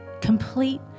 complete